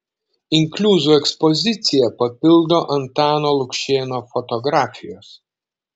inkliuzų ekspoziciją papildo antano lukšėno fotografijos